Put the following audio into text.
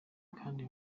kandi